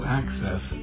access